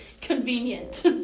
Convenient